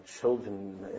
children